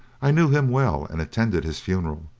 i knew him well, and attended his funeral,